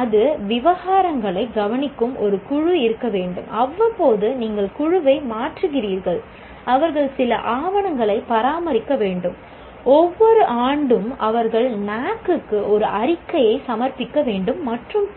அது விவகாரங்களைக் கவனிக்கும் ஒரு குழு இருக்க வேண்டும் அவ்வப்போது நீங்கள் குழுவை மாற்றுகிறீர்கள் அவர்கள் சில ஆவணங்களை பராமரிக்க வேண்டும் ஒவ்வொரு ஆண்டும் அவர்கள் NAAC க்கு ஒரு அறிக்கையை சமர்ப்பிக்க வேண்டும் மற்றும் பல